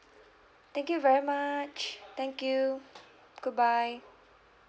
thank you very much thank you good bye